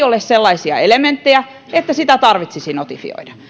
ole sellaisia elementtejä että sitä tarvitsisi notifioida